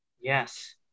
Yes